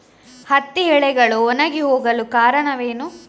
ಹತ್ತಿ ಎಲೆಗಳು ಒಣಗಿ ಹೋಗಲು ಕಾರಣವೇನು?